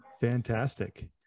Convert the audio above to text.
Fantastic